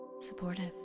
supportive